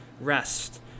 rest